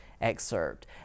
excerpt